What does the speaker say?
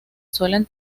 suelen